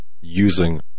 using